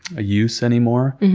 a use any more.